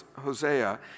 Hosea